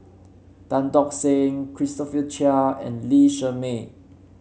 Tan Tock San Christopher Chia and Lee Shermay